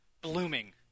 blooming